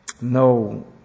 No